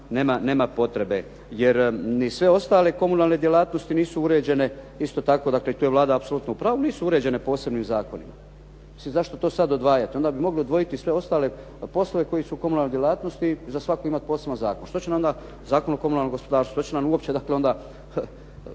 nema potrebe jer ni sve ostale komunalne djelatnosti nisu uređene. Isto tako i dakle tu je Vlada apsolutno u pravu. Nisu uređene posebnim zakonima. Mislim zašto to sad odvajati. Onda bi mogli odvojiti i sve ostale poslove koji su u komunalnoj djelatnosti i za svaku imati poseban zakon. Što će nam onda Zakon o komunalnom gospodarstvu? Što će nam uopće, dakle onda